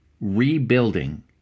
rebuilding